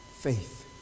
faith